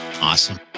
Awesome